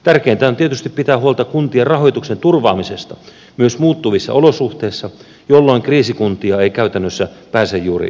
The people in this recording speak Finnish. tärkeintä on tietysti pitää huolta kuntien rahoituksen turvaamisesta myös muuttuvissa olosuhteissa jolloin kriisikuntia ei käytännössä pääse juuri syntymään